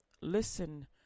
Listen